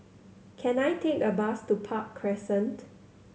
can I take a bus to Park Crescent